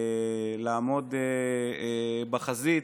לעמוד בחזית.